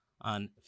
on